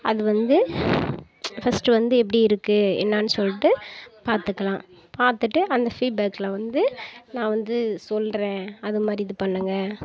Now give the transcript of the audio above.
அது வந்து ஃபஸ்ட் வந்து எப்படி இருக்குது என்னான்னு சொல்லிட்டு பார்த்துக்கலாம் பார்த்துட்டு அந்த ஃபீட்பேகில் வந்து நான் வந்து சொல்கிறேன் அது மாதிரி இது பண்ணுங்க